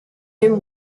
him